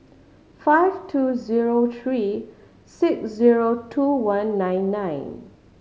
five two zero three six zero two one nine nine